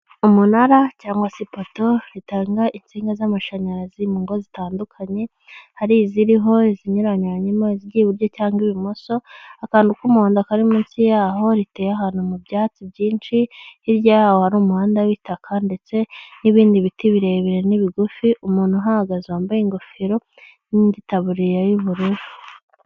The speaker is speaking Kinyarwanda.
Umunara cyangwa se ipato ritanga insinga z'amashanyarazi mu ngo zitandukanye hari iziriho izinyuyuranye iburyo cyangwa ibumoso akantu k'umuhodo kari munsi yaho riteye ahantu mu byatsi byinshi hiryawo wari umuhanda w'itaka ndetse n'ibindi biti birebire n'ibigufi umuntu uhahagaze wambaye ingofero n'inditaburiya y'ubururu.